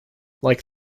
like